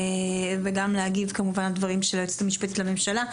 וגם להגיב כמובן על דברים של היועץ המשפטי לממשלה.